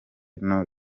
nto